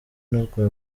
n’urwa